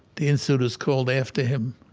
the institute is called after him.